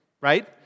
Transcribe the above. right